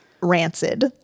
rancid